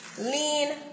Lean